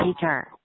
teacher